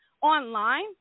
online